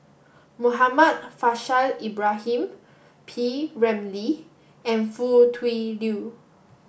Muhammad Faishal Ibrahim P Ramlee and Foo Tui Liew